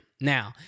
now